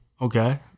Okay